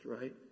right